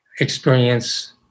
experience